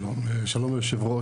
שלום אדוני היושב,